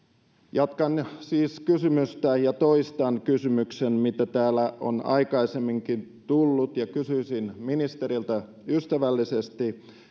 jatkan siis kysymystä ja toistan kysymyksen joka täällä on aikaisemminkin tullut kysyisin ministeriltä ystävällisesti